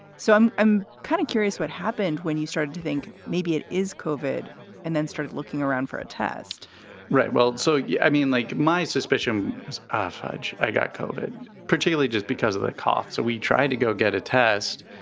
so i'm i'm kind of curious what happened when you started to think maybe it is covered and then started looking around for a test right. well, so, yeah i mean, like, my suspicion was ah fudge. i got covered, particularly just because of the cough. so we tried to go get a test.